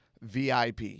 VIP